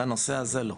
לנושא הזה לא.